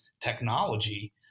technology